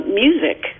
music